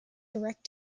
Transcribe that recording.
direct